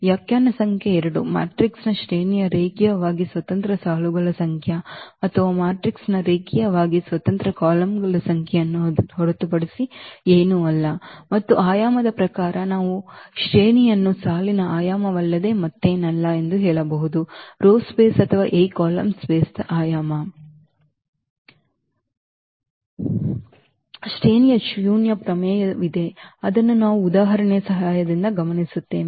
ವ್ಯಾಖ್ಯಾನ ಸಂಖ್ಯೆ 2 ಮ್ಯಾಟ್ರಿಕ್ಸ್ನ ಶ್ರೇಣಿಯು ರೇಖೀಯವಾಗಿ ಸ್ವತಂತ್ರ ಸಾಲುಗಳ ಸಂಖ್ಯೆ ಅಥವಾ ಮ್ಯಾಟ್ರಿಕ್ಸ್ನ ರೇಖೀಯವಾಗಿ ಸ್ವತಂತ್ರ ಕಾಲಮ್ಗಳ ಸಂಖ್ಯೆಯನ್ನು ಹೊರತುಪಡಿಸಿ ಏನೂ ಅಲ್ಲ ಮತ್ತು ಆಯಾಮದ ಪ್ರಕಾರ ನಾವು ಶ್ರೇಣಿಯನ್ನು ಸಾಲಿನ ಆಯಾಮವಲ್ಲದೆ ಮತ್ತೇನಲ್ಲ ಎಂದು ಹೇಳಬಹುದು row space ಅಥವಾ A ಕಾಲಮ್ ಸ್ಪೇಸ್ ದ ಆಯಾಮ ಶ್ರೇಣಿಯ ಶೂನ್ಯ ಪ್ರಮೇಯವಿದೆ ಅದನ್ನು ನಾವು ಉದಾಹರಣೆಯ ಸಹಾಯದಿಂದ ಗಮನಿಸುತ್ತೇವೆ